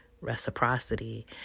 Reciprocity